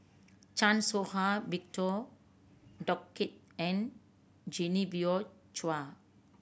Chan Soh Ha Victor Doggett and Genevieve Chua